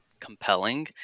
compelling